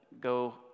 go